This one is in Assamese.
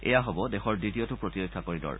এয়া হ'ব দেশৰ দ্বিতীয়টো প্ৰতিৰক্ষা কৰিডৰ